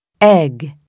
egg